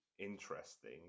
interesting